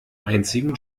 einzigen